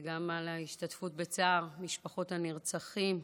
וגם על ההשתתפות בצער משפחות הנרצחים,